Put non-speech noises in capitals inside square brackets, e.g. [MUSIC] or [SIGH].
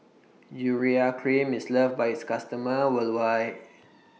Urea Cream IS loved By its customers worldwide [NOISE]